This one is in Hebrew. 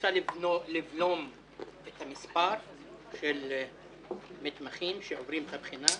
רוצה לבלום את מספר המתמחים שעוברים את הבחינה,